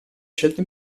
scelto